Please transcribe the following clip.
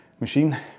machine